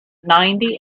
ninety